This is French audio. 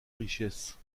richesses